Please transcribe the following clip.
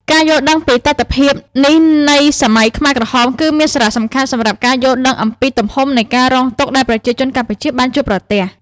ការយល់ដឹងពីទិដ្ឋភាពនេះនៃសម័យខ្មែរក្រហមគឺមានសារៈសំខាន់សម្រាប់ការយល់ដឹងអំពីទំហំនៃការរងទុក្ខដែលប្រជាជនកម្ពុជាបានជួបប្រទះ។